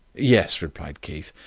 yes, replied keith,